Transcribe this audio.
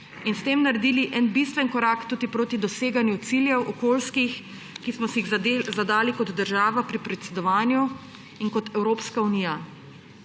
in s tem naredili en bistven korak tudi proti doseganju okoljskih ciljev, ki smo si jih zadali kot država pri predsedovanju in kot Evropska unija.